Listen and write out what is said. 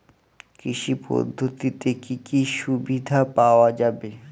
কৃষি পদ্ধতিতে কি কি সুবিধা পাওয়া যাবে?